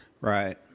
Right